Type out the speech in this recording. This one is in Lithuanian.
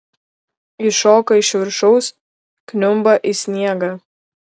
ji šoka iš viršaus kniumba į sniegą